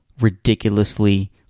ridiculously